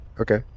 Okay